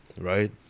right